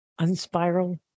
unspiral